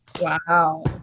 Wow